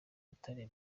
atari